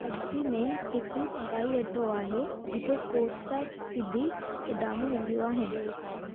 अगत्ती में हिकु हवाई अड्डो आहे जिथे कोच सां सिधी उडामूं ईंदियूं आहिनि